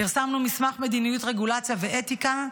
פרסמנו מסמך מדיניות רגולציה ואתיקה,